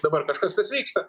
dabar kažkas tas vyksta